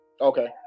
Okay